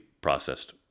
processed